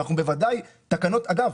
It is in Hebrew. אגב,